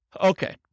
Okay